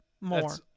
more